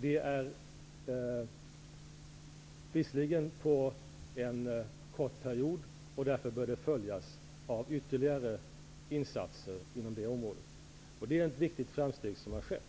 Detta görs visserligen under en kort period, och därför bör de följas av ytterligare insatser på det området. Det är ett viktigt framsteg som har skett.